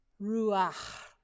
ruach